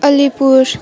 Alipur